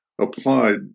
applied